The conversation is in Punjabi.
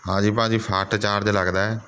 ਹਾਂਜੀ ਭਾਅ ਜੀ ਫਾਸਟ ਚਾਰਜ ਲੱਗਦਾ ਹੈ